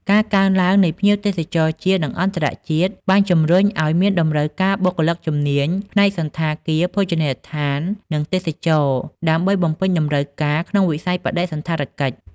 ការកើនឡើងនៃភ្ញៀវទេសចរជាតិ និងអន្តរជាតិ បានជំរុញឱ្យមានតម្រូវការបុគ្គលិកជំនាញផ្នែកសណ្ឋាគារ ភោជនីយដ្ឋាន និងទេសចរណ៍ ដើម្បីបំពេញតម្រូវការក្នុងវិស័យបដិសណ្ឋារកិច្ច។